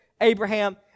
Abraham